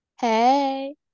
hey